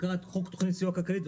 וקרא את חוק תוכנית סיוע כלכלית,